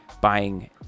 buying